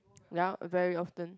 ya very often